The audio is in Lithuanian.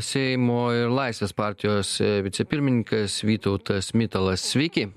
seimo ir laisvės partijos vicepirmininkas vytautas mitalas sveiki